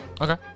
Okay